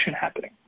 happening